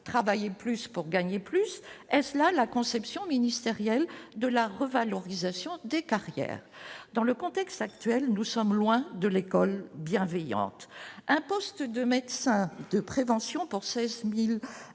travailler plus pour gagner plus est-ce cela la conception ministériel de la revalorisation des carrières dans le contexte actuel nous sommes loin de l'école bienveillante, un poste de médecin de prévention pour 16000